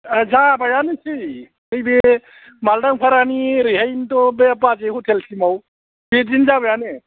जाबायानोसै नैबे माल्दांफारानि ओरैहायनोथ' बे बाजै हटेल सिमाव बिदिनो जाबायानो